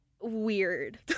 Weird